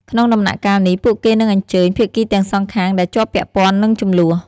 ក្នុងដំណាក់កាលនេះ ពួកគេនឹងអញ្ជើញ ភាគីទាំងសងខាងដែលជាប់ពាក់ព័ន្ធនឹងជម្លោះ។